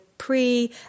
pre